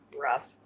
Rough